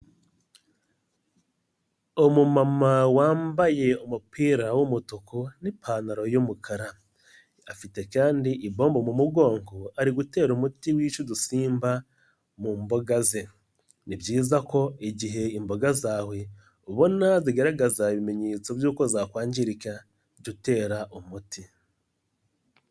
Umumama wambaye umupira w'umutuku n'ipantaro y'umukara, afite kandi ipombo mu mugongo ari gutera umuti wica udusimba mu mboga ze, ni byiza ko igihe imboga zawe ubona zigaragaza ibimenyetso by'uko zakwangirika jya utera umuti.